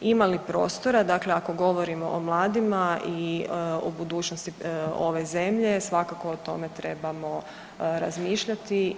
Ima li prostora, dakle ako govorimo o mladima i o budućnosti ove zemlje svakako o tome trebamo razmišljati.